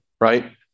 right